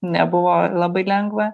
nebuvo labai lengva